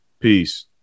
peace